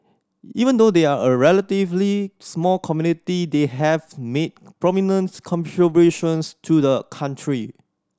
even though they are a relatively small community they have made prominent contributions to the country